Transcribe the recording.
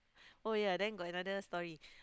oh ya then go another story